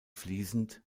fließend